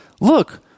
Look